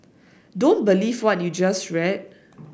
don't believe what you just read